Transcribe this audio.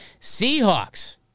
Seahawks